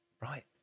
right